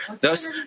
Thus